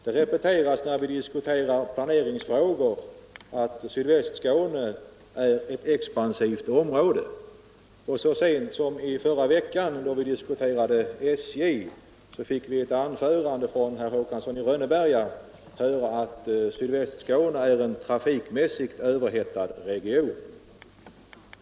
Det repeteras när vi diskuterar planeringsfrågor att Sydvästskåne är ett expansivt område. Så sent som i förra veckan när vi diskuterade SJ fick vi i ett anförande av herr Håkansson i Rönneberga höra att Sydvästskåne är en trafik mässigt överhettad region.